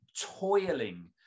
toiling